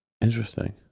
Interesting